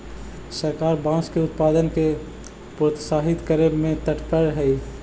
सरकार बाँस के उत्पाद के प्रोत्साहित करे में तत्पर हइ